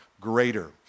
greater